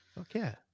Okay